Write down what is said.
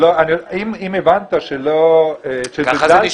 אם הבנת שזלזלתי --- ככה זה נשמע,